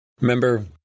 Remember